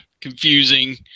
confusing